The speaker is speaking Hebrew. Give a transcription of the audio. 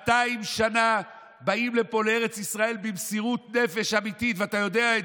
אשר מתייחסת למצב שבו הממשלה הצליחה להניח את